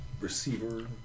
receiver